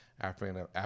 African